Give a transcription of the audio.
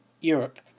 Europe